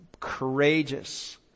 Courageous